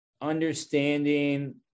understanding